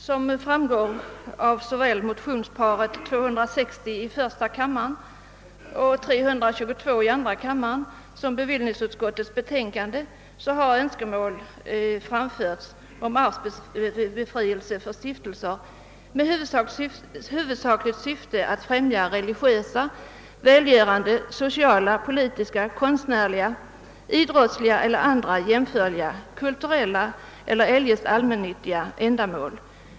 Som framgår av såväl motionsparet I: 260 och II: 322 som bevillningsutskottets betänkande har önskemål framförts om befrielse från arvsskatt för stiftelser med huvudsakligt syfte att främja religiösa, välgörande, sociala, politiska, konstnärliga, idrottsliga eller andra jämförliga kulturella eller eljest allmännyttiga ändamål.